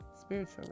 spiritual